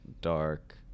dark